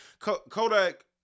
Kodak